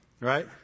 Right